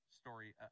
story